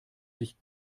sich